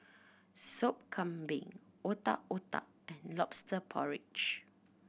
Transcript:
Soup Kambing Otak Otak and Lobster Porridge